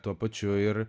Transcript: tuo pačiu ir